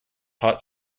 hot